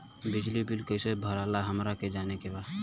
बिजली बिल कईसे भराला हमरा के जाने के बा?